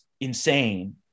insane